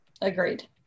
Agreed